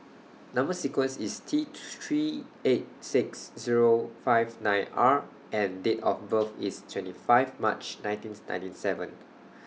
Number sequence IS T two three eight six Zero five nine R and Date of birth IS twenty five March nineteen ninety seven